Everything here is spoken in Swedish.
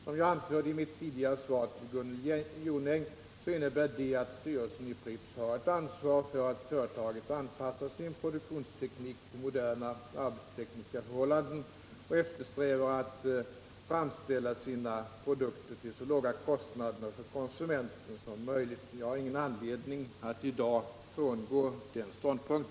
Som jag anförde i mitt tidigare svar till Gunnel Jonäng innebär detta att styrelsen i Pripps har ett ansvar för att företaget anpassar sin produktionsteknik till moderna arbetstekniska förhållanden och eftersträvar att framställa sina produkter till så låga kostnader för konsumenterna som möjligt. Jag har ingen anledning att i dag frångå denna ståndpunkt.